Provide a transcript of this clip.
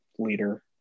leader